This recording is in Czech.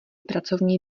pracovní